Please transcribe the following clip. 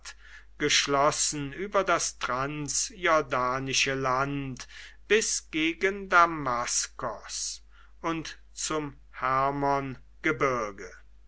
geschlossen über das transjordanische land bis gegen damaskos und zum hermongebirge